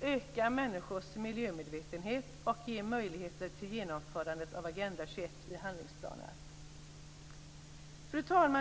öka människors miljömedvetenhet och ge möjligheter till genomförande av Fru talman!